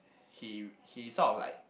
he he sort of like